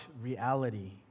reality